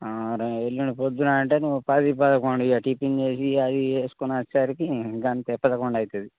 రే ఎల్లుండి పొద్దున అంటే నువ్వు పది పదకొండు ఇక టిఫిన్ చేసి ఇక అది ఇది చేసుకొని వచ్చేసరికి అంతే పదకొండు అవుతుంది